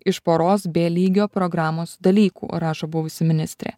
iš poros bė lygio programos dalykų rašo buvusi ministrė